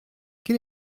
quel